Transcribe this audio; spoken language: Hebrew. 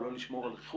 או לא לשמור על ריחוק,